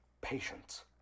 Patience